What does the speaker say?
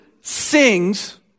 sings